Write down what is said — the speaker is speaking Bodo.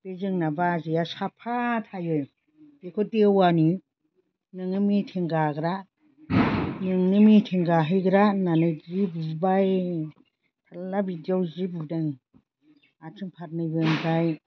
बे जोंना बाजैया साफा थायो बेखौ देवानि नोङो मिटिं गाग्रा नोंनो मिटिं गाहैग्रा होननानै जि बुबाय थारला बिदियाव जि बुदों आथिं फारनैबो ओमफ्राय